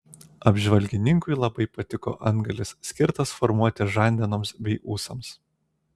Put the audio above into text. apžvalgininkui labai patiko antgalis skirtas formuoti žandenoms bei ūsams